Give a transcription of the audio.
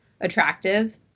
attractive